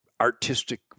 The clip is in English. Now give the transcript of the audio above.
artistic